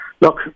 look